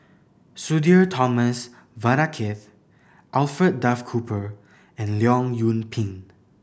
Sudhir Thomas Vadaketh Alfred Duff Cooper and Leong Yoon Pin